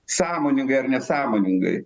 sąmoningai ar nesąmoningai